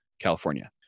California